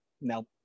no